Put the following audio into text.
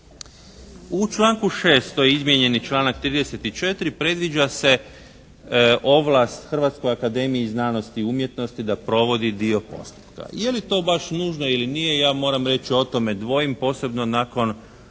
ne razumije./… izmijenjeni članak 34. predviđa se ovlast Hrvatskoj akademiji znanosti i umjetnosti da provodi dio postupka. Je li to baš nužno ili nije ja moram reći o tome dvojim posebno nakon određenih